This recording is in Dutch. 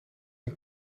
een